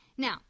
Now